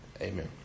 Amen